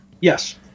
Yes